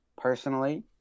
Personally